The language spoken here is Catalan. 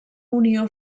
unió